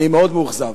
אני מאוד מאוכזב.